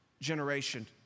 generation